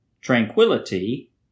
tranquility